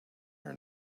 your